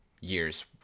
years